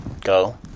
go